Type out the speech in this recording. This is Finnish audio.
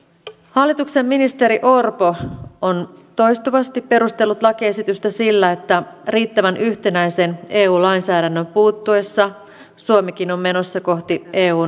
hallituksen ministeri orpo on toistuvasti perustellut lakiesitystä sillä että riittävän yhtenäisen eu lainsäädännön puuttuessa suomikin on menossa kohti eun minimitasoa